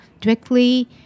directly